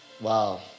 Wow